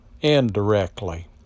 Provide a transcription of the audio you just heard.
indirectly